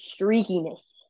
streakiness